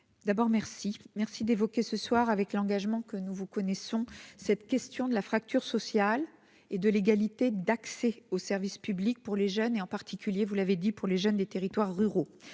D'abord, merci, merci d'évoquer ce soir avec l'engagement que nous vous connaissons cette question de la fracture sociale et de l'égalité d'accès aux services publics pour les jeunes et en particulier, vous l'avez dit, pour les jeunes des territoires ruraux,